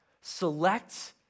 select